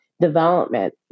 development